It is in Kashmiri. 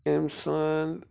أمۍ سُنٛد